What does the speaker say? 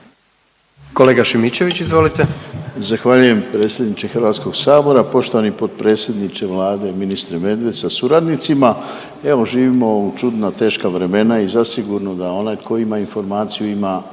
Kolega Šimičević, izvolite.